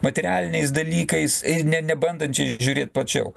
materialiniais dalykais ir ne nebandančiais žiūrėt plačiau